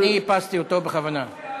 אני איפסתי אותו בכוונה.